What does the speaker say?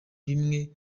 bimwe